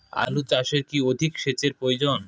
আলু চাষে কি অধিক সেচের প্রয়োজন?